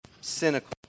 cynical